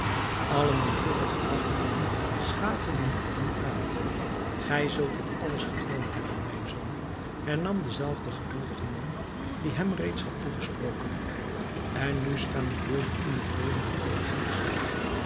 allen die vroeger gelagchen hadden schaterden het nu uit gij zult dat alles gedroomd hebben mijn zoon hernam de zelfde geduldige man die hem reeds had toegesproken en nu staan die beelden u nog levendig voor den geest